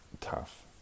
tough